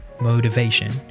motivation